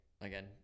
again